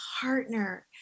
partner